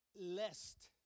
lest